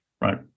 right